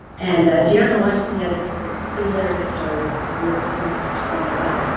and if you haven't watched it yet it's it's pretty hilarious stories of of your experiences growing up.